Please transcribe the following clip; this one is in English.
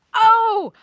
oh,